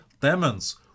demons